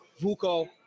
Vuko